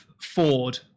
Ford